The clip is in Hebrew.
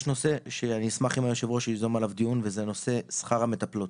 יש נושא שאני אשמח אם היושב-ראש ייזום עליו דיון וזה נושא שכר המטפלות.